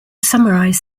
summarize